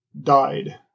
died